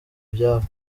byabo